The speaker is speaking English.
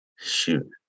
Shoot